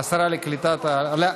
השרה לקליטת העלייה,